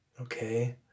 okay